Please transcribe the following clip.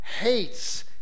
hates